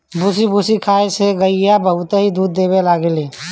भूसी भूसा खाए से गईया बहुते दूध देवे लागेले